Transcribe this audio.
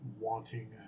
wanting